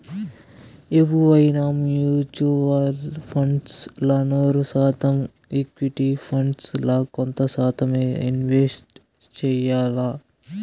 ఎవువైనా mutual funds ల నూరు శాతం ఈక్విటీ ఫండ్స్ ల కొంత శాతమ్మే ఇన్వెస్ట్ చెయ్యాల్ల